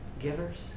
givers